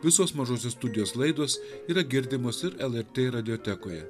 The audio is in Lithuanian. visos mažosios studijos laidos yra girdimos ir lrt radiatekoje